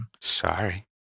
Sorry